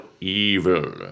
evil